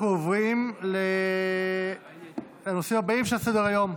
אנחנו עוברים לנושא הבא שעל סדר-היום.